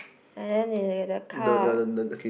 and then there's like a car